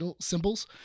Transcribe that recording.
symbols